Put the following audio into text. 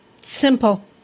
simple